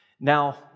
Now